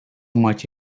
much